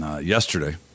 yesterday